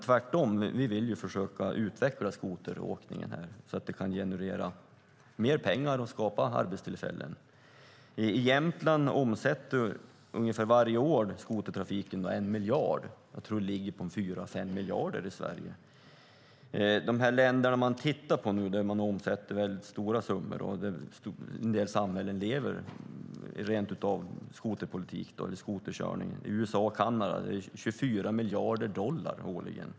Tvärtom vill vi försöka utveckla skoteråkningen så att den kan generera mer pengar och skapa arbetstillfällen. I Jämtland omsätter skotertrafiken varje år 1 miljard. Jag tror att det ligger på 4-5 miljarder i Sverige. De länder man tittar på nu, där man omsätter väldigt stora summor - en del samhällen lever rentutav på skoterkörningen - är USA och Kanada. Där handlar det om 24 miljarder dollar årligen.